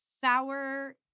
sour